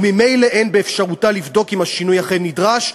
וממילא אין באפשרותה לבדוק האם השינוי אכן נדרש.